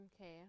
Okay